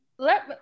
Let